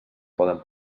poden